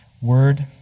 word